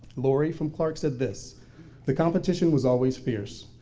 laurie from clark said this the competition was always fierce,